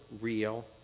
real